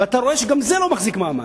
ואתה רואה שגם זה לא מחזיק מעמד.